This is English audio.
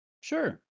Sure